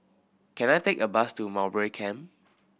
can I take a bus to Mowbray Camp